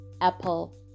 apple